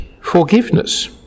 forgiveness